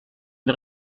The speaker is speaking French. une